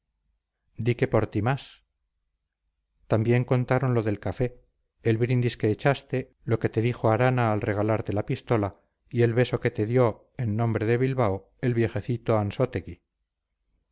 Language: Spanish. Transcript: que por ti más también contaron lo del café el brindis que echaste lo que te dijo arana al regalarte la pistola y el beso que te dio en nombre de bilbao el viejecito ansótegui